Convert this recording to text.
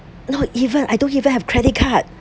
not even I don't even have credit card